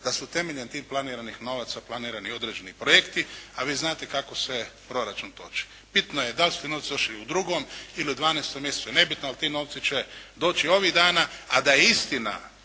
da su temeljem tih planiranih novaca planirani i određeni projekti, a vi znate kako se proračun toči. Bitno je da li su ti novci došli u 2. ili 12. mjesecu nebitno, ali ti novci će doći ovih dana. A da je istina